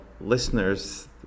listeners